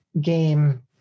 game